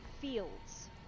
fields